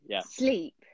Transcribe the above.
Sleep